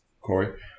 Corey